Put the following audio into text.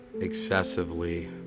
excessively